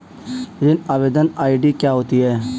ऋण आवेदन आई.डी क्या होती है?